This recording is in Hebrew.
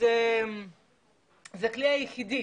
הן הכלי היחידי